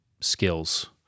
skills